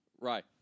Right